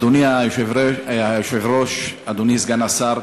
אדוני היושב-ראש, אדוני סגן השר,